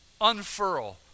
unfurl